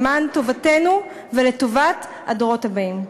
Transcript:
לטובתנו וטובת הדורות הבאים.